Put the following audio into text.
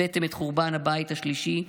הבאתם את חורבן הבית השלישי,